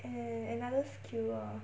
an~ another skill ah